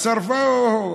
שרפו.